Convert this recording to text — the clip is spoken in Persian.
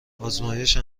آزمایش